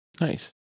Nice